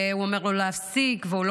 והוא אומר לו להפסיק והוא לא